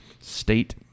State